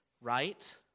right